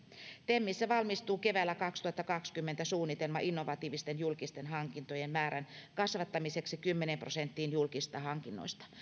temissä valmistuu keväällä kaksituhattakaksikymmentä suunnitelma innovatiivisten julkisten hankintojen määrän kasvattamiseksi kymmeneen prosenttiin julkisista hankinnoista